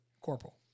Corporal